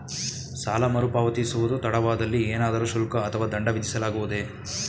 ಸಾಲ ಮರುಪಾವತಿಸುವುದು ತಡವಾದಲ್ಲಿ ಏನಾದರೂ ಶುಲ್ಕ ಅಥವಾ ದಂಡ ವಿಧಿಸಲಾಗುವುದೇ?